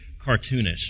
cartoonish